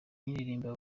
nkaririmbira